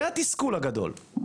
זה התסכול הגדול.